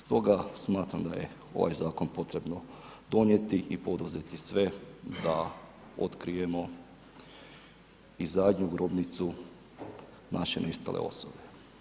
Stoga smatram da je ovaj zakon potrebno donijeti i poduzeti sve da otkrijemo i zadnju grobnicu naše nestale osobe.